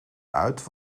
uit